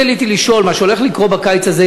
מה שהולך לקרות בקיץ הזה,